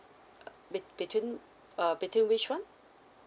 uh be~ between uh between which one